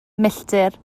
milltir